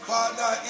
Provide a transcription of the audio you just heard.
Father